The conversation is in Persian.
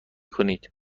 کنید